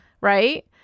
right